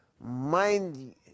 Mind